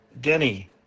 Denny